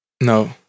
No